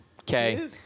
Okay